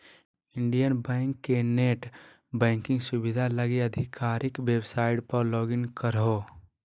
Indian Bank के net banking सुविधा लगी आधिकारिक वेबसाइट पर लॉगिन करहो